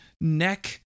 neck